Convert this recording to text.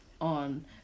on